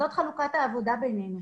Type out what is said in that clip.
זאת חלוקת העבודה בינינו.